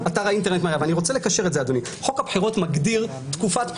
ואני רוצה לקשר את זה: חוק הבחירות מגדיר תקופת בחירות.